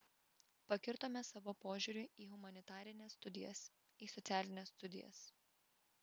pakirtome savo požiūriu į humanitarines studijas į socialines studijas